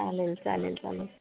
चालेल चालेल चालेल